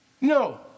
No